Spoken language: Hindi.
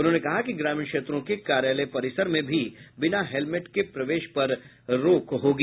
उन्होंने कहा कि ग्रामीण क्षेत्रों के कार्यालय परिसर में बिना हेलमेट के प्रवेश पर भी रोक होगी